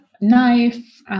knife